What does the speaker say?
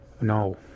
No